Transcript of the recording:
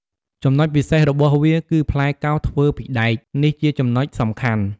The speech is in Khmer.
ចំណុចពិសេសរបស់វាគឺផ្លែកោសធ្វើពីដែក នេះជាចំណុចសំខាន់។